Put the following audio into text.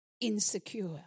insecure